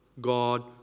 god